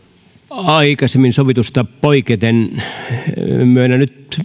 aikaisemmin sovitusta poiketen myönnän nyt